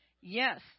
Yes